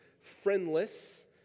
friendless